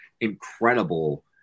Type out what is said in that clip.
incredible